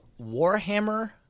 Warhammer